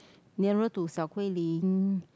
nearer to Xiao-Guilin